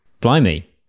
Blimey